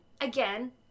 again